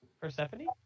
Persephone